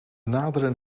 naderen